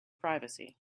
privacy